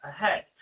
ahead